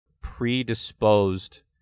predisposed